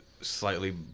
slightly